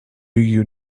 you